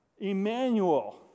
Emmanuel